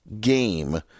game